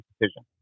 decision